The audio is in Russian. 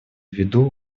виду